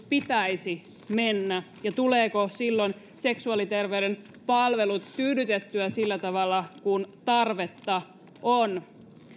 pitäisi mennä ja tuleeko silloin seksuaaliterveyden palvelut tyydytettyä sillä tavalla kuin tarvetta on